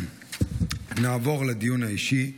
נעבור לדיון האישי.